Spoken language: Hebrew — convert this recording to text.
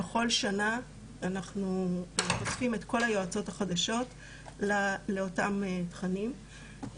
בכל שנה אנחנו חושפים את כל היועצות החדשות לאותם תכנים,